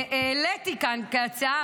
שהעליתי כאן כהצעה,